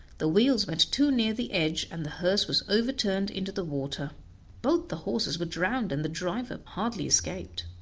the wheels went too near the edge, and the hearse was overturned into the water both the horses were drowned, and the driver hardly escaped.